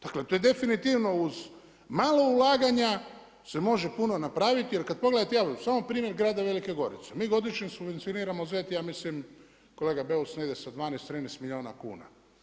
Dakle to je definitivno uz malo ulaganja se može puno napraviti jer kada pogledate evo samo primjer grada Velike Gorice, mi godišnje subvencioniramo ZET ja mislim kolega BEus negdje sa 12, 13 milijuna kuna.